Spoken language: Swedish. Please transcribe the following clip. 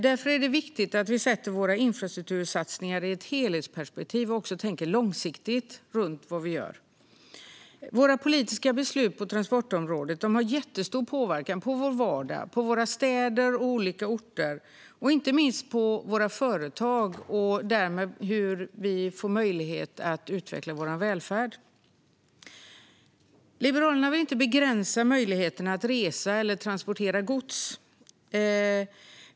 Därför är det viktigt att vi sätter våra infrastruktursatsningar i ett helhetsperspektiv och också tänker långsiktigt på vad vi gör. Våra politiska beslut på transportområdet har jättestor påverkan på vår vardag, på våra städer och olika orter och inte minst på våra företag och därmed på möjligheterna att utveckla vår välfärd. Liberalerna vill inte begränsa möjligheterna att resa eller transportera gods.